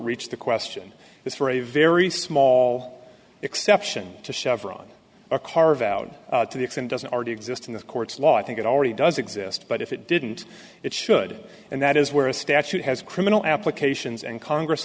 reached the question is for a very small exception to chevron or carve out to the extent doesn't already exist in the courts law think it already does exist but if it didn't it should and that is where a statute has criminal applications and congress